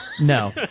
No